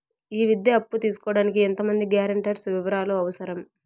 ఈ విద్యా అప్పు తీసుకోడానికి ఎంత మంది గ్యారంటర్స్ వివరాలు అవసరం?